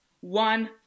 One